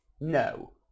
No